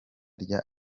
rya